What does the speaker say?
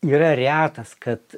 yra retas kad